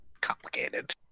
complicated